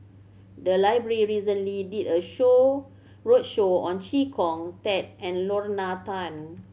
the library recently did a show roadshow on Chee Kong Tet and Lorna Tan